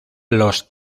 los